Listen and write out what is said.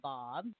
Bob